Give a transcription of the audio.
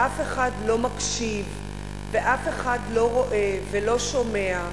ואף אחד לא מקשיב ואף אחד לא רואה ולא שומע.